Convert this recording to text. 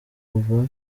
kuva